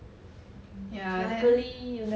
ya